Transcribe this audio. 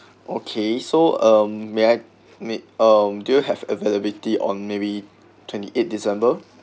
okay so um may I made um do you have availability on maybe twenty eight december